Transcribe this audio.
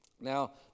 Now